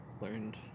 learned